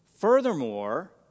Furthermore